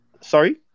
Sorry